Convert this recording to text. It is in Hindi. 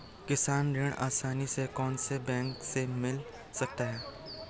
किसान ऋण आसानी से कौनसे बैंक से मिल सकता है?